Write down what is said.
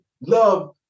love